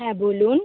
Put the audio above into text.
হ্যাঁ বলুন